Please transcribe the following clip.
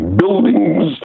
buildings